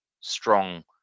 strong